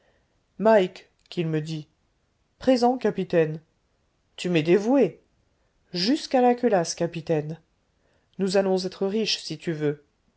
mike qu'il me dit présent capitaine tu m'es dévoué jusqu'à la culasse capitaine nous allons être riches si tu veux